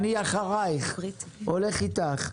אני אחרייך, הולך איתך.